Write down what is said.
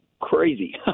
crazy